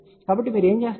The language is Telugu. కాబట్టి మీరు ఏమి చేస్తారు